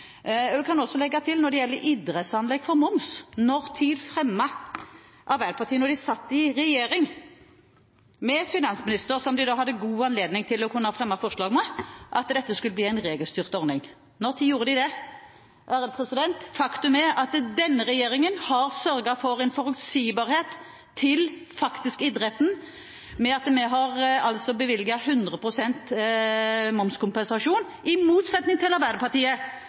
kan legge til når det gjelder idrettsanlegg og moms: Når fremmet Arbeiderpartiet, da de satt i regjering og hadde finansministeren, som de da hadde god anledning til å kunne fremme forslag sammen med, forslag om at dette skulle bli en regelstyrt ordning? Når gjorde de det? Faktum er at denne regjeringen har sørget for forutsigbarhet for idretten ved at vi har bevilget 100 pst. momskompensasjon, i motsetning til Arbeiderpartiet,